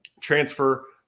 transfer